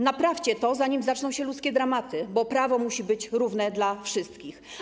Naprawcie to, zanim zaczną się ludzkie dramaty, bo prawo musi być równe dla wszystkich.